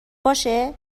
باشه